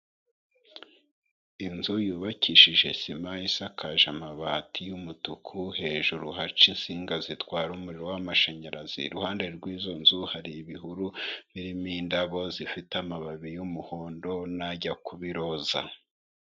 Inzu yubakishije sima isakaje amabati y'umutuku hejuru haca insinga zitwara umuriro w'amashanyarazi, iruhande rw'izo nzu hari ibihuru birimo indabo zifite amababi y'umuhondo n'ajya kuba iroza.